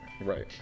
Right